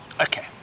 Okay